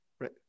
right